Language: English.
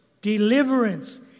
deliverance